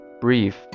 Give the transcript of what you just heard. brief